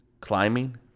Climbing